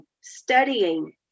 studying